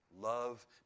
Love